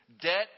Debt